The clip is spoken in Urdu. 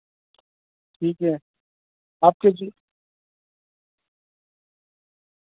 ٹھیک ہے آپ کے